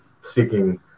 seeking